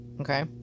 okay